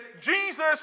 Jesus